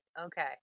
Okay